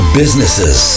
businesses